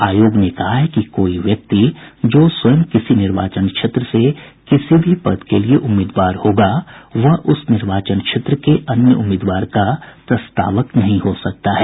आयोग ने कहा है कि कोई व्यक्ति जो स्वयं किसी निर्वाचन क्षेत्र से किसी भी पद के लिए उम्मीदवार होगा वह उस निर्वाचन क्षेत्र के अन्य उम्मीदवार का प्रस्तावक नहीं हो सकता है